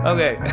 Okay